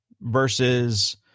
versus